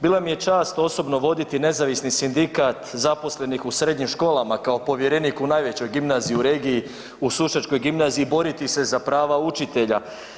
Bila mi je čast osobno voditi Nezavisni sindikat zaposlenih u srednjim školama kao povjerenik u najvećoj gimnaziji u regiji u Sušačkoj gimnaziji i boriti se za prava učitelja.